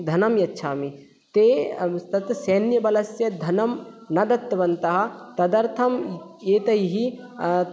धनं यच्छामि ते तत् सैन्यबलस्य धनं न दत्तवन्तः तदर्थम् एतैः